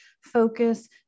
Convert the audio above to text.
focus